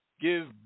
give